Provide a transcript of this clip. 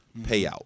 payout